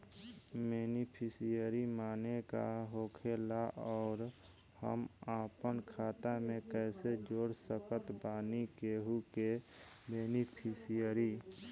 Beneficiary माने का होखेला और हम आपन खाता मे कैसे जोड़ सकत बानी केहु के बेनीफिसियरी?